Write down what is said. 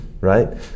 right